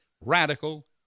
radical